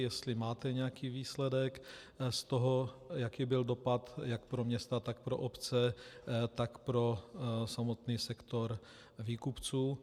Jestli máte nějaký výsledek, z toho, jaký byl dopad jak pro města, tak pro obce, tak pro samotný sektor výkupců.